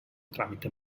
tramite